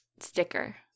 sticker